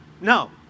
No